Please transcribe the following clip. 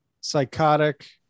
psychotic